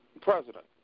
president